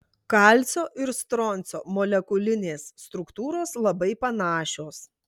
kalcio ir stroncio molekulinės struktūros labai panašios